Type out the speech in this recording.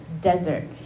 desert